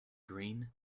green